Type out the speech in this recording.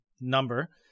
number